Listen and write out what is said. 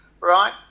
right